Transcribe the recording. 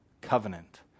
covenant